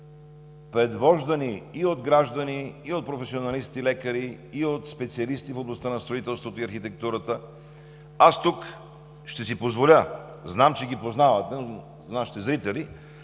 предвождани и от граждани, и от професионалисти лекари, и от специалисти в областта на строителството и архитектурата. Аз тук ще си позволя, знам, че ги познавате, но за нашите зрители,